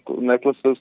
necklaces